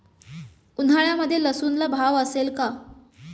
उन्हाळ्यामध्ये लसूणला भाव असेल का?